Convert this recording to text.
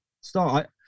start